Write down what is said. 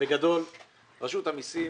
בגדול רשות המיסים